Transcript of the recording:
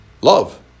Love